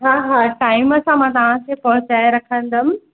हा हा टाइम सां मां तव्हांखे पहुचाए रखंदमि